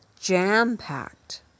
jam-packed